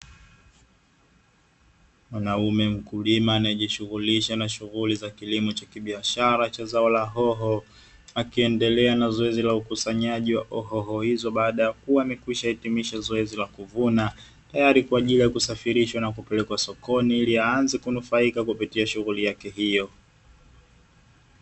Mwanaume mkulima anyejihughulisha na shughuli za kilimo cha kibiashara cha zao la hoho, akiendelea na zoezi la ukusanyaji wa hoho hizo baada ya kuwa ameshahitimisha zoezi la kuvuna, tayari kwa ajili ya kusafirishwa na kupelekwa sokoni ili aanze kunufaika na kupitia shughuli yake hiyo.